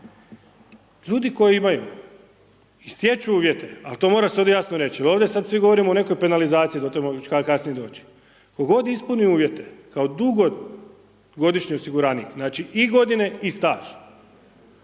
Ljudi koji imaju i stječu uvjete ali to moram sad jasno reći jer ovdje sad svi govorimo o nekoj penalizaciji .../Govornik se ne razumije./... tko god ispuni uvjete kao dugogodišnji osiguranik, znači i godine i staž,